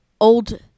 old